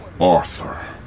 Arthur